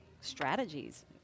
strategies